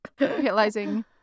realizing